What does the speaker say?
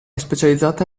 specializzata